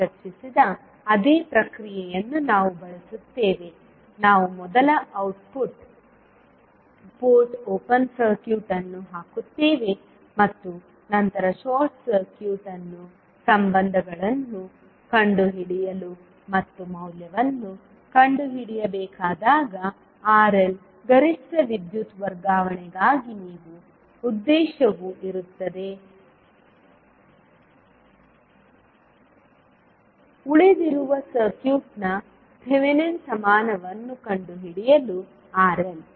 ನಾವು ಚರ್ಚಿಸಿದ ಅದೇ ಪ್ರಕ್ರಿಯೆಯನ್ನು ನಾವು ಬಳಸುತ್ತೇವೆ ನಾವು ಮೊದಲು ಔಟ್ಪುಟ್ ಪೋರ್ಟ್ ಓಪನ್ ಸರ್ಕ್ಯೂಟ್ ಅನ್ನು ಹಾಕುತ್ತೇವೆ ಮತ್ತು ನಂತರ ಶಾರ್ಟ್ ಸರ್ಕ್ಯೂಟ್ ಅನ್ನು ಸಂಬಂಧಗಳನ್ನು ಕಂಡುಹಿಡಿಯಲು ಮತ್ತು ಮೌಲ್ಯವನ್ನು ಕಂಡುಹಿಡಿಯಬೇಕಾದಾಗ RL ಗರಿಷ್ಠ ವಿದ್ಯುತ್ ವರ್ಗಾವಣೆಗಾಗಿ ನೀವು ಉದ್ದೇಶವು ಇರುತ್ತದೆಗೆ ಉಳಿದಿರುವ ಸರ್ಕ್ಯೂಟ್ನ ಥೆವೆನಿನ್ ಸಮಾನವನ್ನು ಕಂಡುಹಿಡಿಯಲು RL